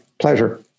Pleasure